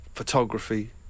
Photography